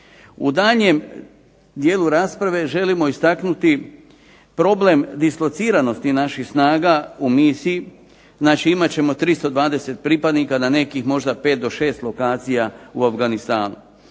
U daljnjem dijelu rasprave želimo naglasiti problem dislociranosti naših snaga u misiji, znači imati ćemo 320 pripadnika na nekih 5, 6 lokacija u Afganistanu.